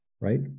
right